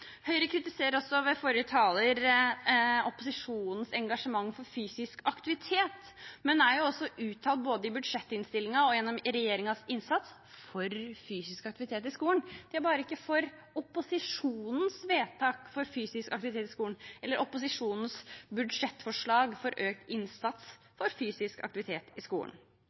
Høyre kritiserer også, ved forrige taler, opposisjonens engasjement for fysisk aktivitet, men er jo også uttalt, både i budsjettinnstillingen og gjennom regjeringens innsats, for fysisk aktivitet i skolen. De er bare ikke for opposisjonens forslag om fysisk aktivitet i skolen, eller opposisjonens budsjettforslag for økt innsats for fysisk aktivitet i skolen.